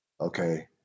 Okay